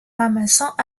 ramassant